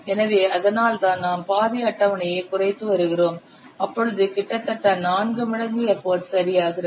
எனவே அதனால்தான் நாம் பாதி அட்டவணையை குறைத்து வருகிறோம் அப்பொழுது கிட்டத்தட்ட 16 மடங்கு எஃபர்ட் சரியாகிறது